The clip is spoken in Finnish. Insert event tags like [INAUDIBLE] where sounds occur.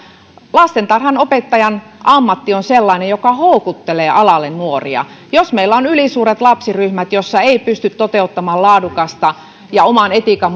lastentarhanopettajan ammatti on sellainen joka houkuttelee alalle nuoria jos meillä on ylisuuret lapsiryhmät joissa ei pysty toteuttamaan laadukasta ja oman etiikan [UNINTELLIGIBLE]